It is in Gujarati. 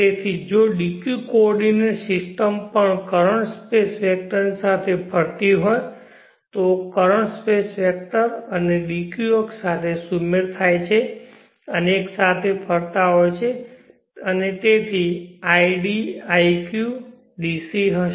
તેથી જો dq કોઓર્ડિનેટ સિસ્ટમ પણ કરંટ સ્પેસ વેક્ટરની સાથે ફરતી હોય તો કરંટ સ્પેસ વેક્ટર અને dq અક્ષ સાથે સુમેળ થાય છે અને એક સાથે ફરતા હોય છે અને તેથી id iq DC હશે